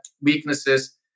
weaknesses